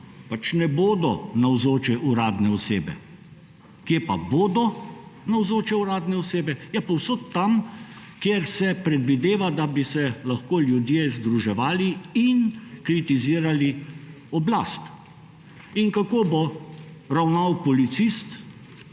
pač ne bodo navzoče uradne osebe. Kje pa bodo navzoče uradne osebe? Ja, povsod tam, kjer se predvideva, da bi se lahko ljudje združevali in kritizirali oblast. In kako bo ravnal policist